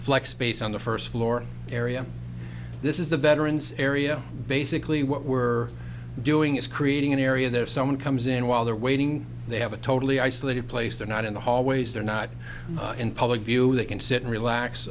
flex space on the first floor area this is the veterans area basically what we're doing is creating an area that if someone comes in while they're waiting they have a totally isolated place they're not in the hallways they're not in public view they can sit and relax